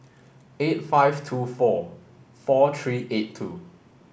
eight five two four four three eight two